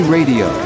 Radio